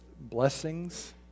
blessings